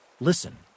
listen